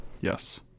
Yes